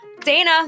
Dana